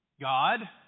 God